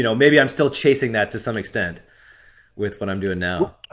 you know maybe i'm still chasing that, to some extent with what i'm doing now.